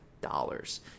dollars